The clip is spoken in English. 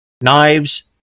knives